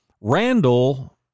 Randall